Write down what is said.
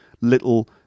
little